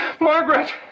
Margaret